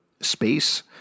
space